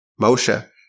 Moshe